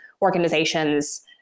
organizations